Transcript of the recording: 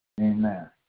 Amen